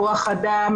כוח אדם,